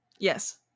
yes